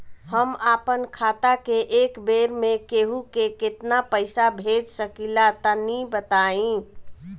हम आपन खाता से एक बेर मे केंहू के केतना पईसा भेज सकिला तनि बताईं?